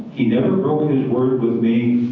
he never broke his word with me,